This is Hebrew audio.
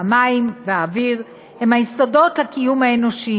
המים והאוויר הם היסודות לקיום האנושי